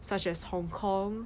such as hong kong